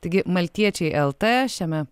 taigi maltiečiai lt šiame